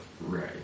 Right